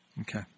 Okay